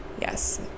yes